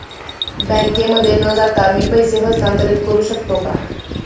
बँकेमध्ये न जाता मी पैसे हस्तांतरित करू शकतो का?